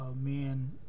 man